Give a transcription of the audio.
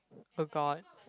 forgot